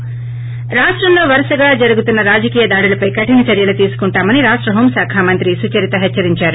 ి రాష్టంలో వరుసగా జరుగుతున్న రాజకీయ దాడులపే కరిన చర్యలు తీస్తుకుంటామని రాష్ట హోం శాఖ మంత్రి సుచరిత హెచ్చరించారు